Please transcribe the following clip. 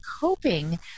coping